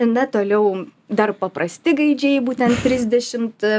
na toliau dar paprasti gaidžiai būtent trisdešimt